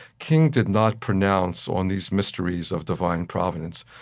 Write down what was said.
king did not pronounce on these mysteries of divine providence.